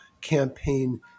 campaign